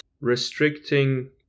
restricting